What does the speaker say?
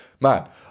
Man